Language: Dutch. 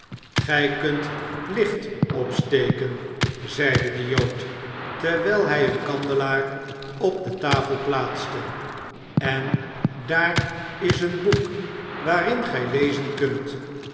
gij kunt licht opsteken zeide dt jood terwijl hij een kandelaar op de tafel plaatste en daar is een boek waarin gij lezen kunt